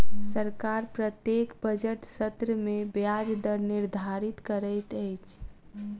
सरकार प्रत्येक बजट सत्र में ब्याज दर निर्धारित करैत अछि